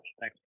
Thanks